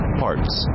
parts